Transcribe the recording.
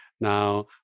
Now